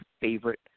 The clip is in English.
favorite